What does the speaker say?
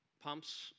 pumps